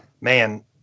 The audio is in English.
man